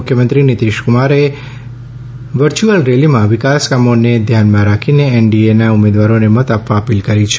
મુખ્યમંત્રી નીતિશકુમારે વર્ચ્યુઅલ રેલીમાં વિકાસકામોને ધ્યાનમાં રાખી એનડીએના ઉમેદવારોને મત આપવા અપીલ કરી છે